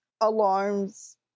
alarms